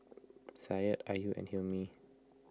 Syed Ayu and Hilmi